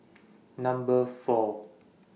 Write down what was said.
Number four